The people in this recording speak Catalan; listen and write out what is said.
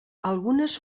algunes